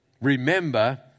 Remember